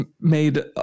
made